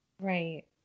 Right